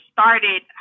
started